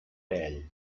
ell